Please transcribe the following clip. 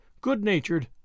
good-natured